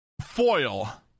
foil